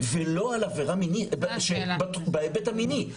ולא על עבירה מינית, בהיבט המיני.